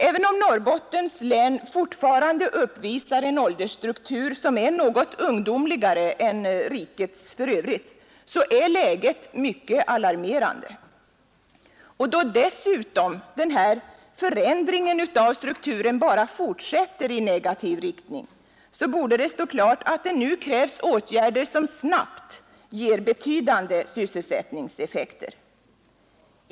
Även om Norrbottens län fortfarande uppvisar en åldersstruktur som är något ungdomligare än rikets för övrigt är läget mycket alarmerande. Och då dessutom förändringen av denna struktur bara fortsätter i negativ riktning, så borde det stå klart att det nu krävs åtgärder som snabbt ger betydande sysselsättningseffekter.